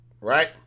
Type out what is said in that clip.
Right